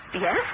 Yes